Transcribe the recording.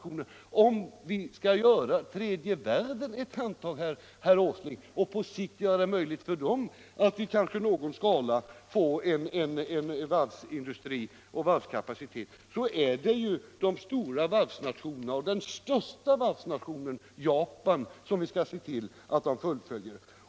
Om vi skall ge tredje världens länder ett handtag och på sikt göra det möjligt för dem att få en varvsindustri och varvskapacitet måste de stora varvsnationerna — och av dem den största, Japan — fullfölja den överenskomna planen.